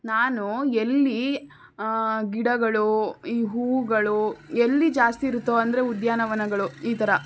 ನಾನು ಎಲ್ಲಿ ಗಿಡಗಳು ಈ ಹೂವುಗಳು ಎಲ್ಲಿ ಜಾಸ್ತಿ ಇರುತ್ತೊ ಅಂದರೆ ಉದ್ಯಾನವನಗಳು ಈ ಥರ